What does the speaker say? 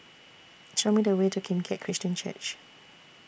Show Me The Way to Kim Keat Christian Church